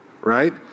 right